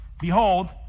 Behold